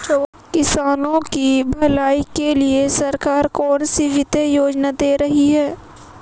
किसानों की भलाई के लिए सरकार कौनसी वित्तीय योजना दे रही है?